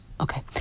okay